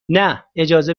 نه، اجازه